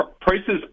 prices